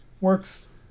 works